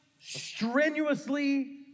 strenuously